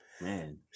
Man